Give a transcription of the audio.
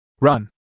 Run